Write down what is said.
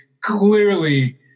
clearly